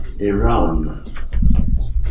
Iran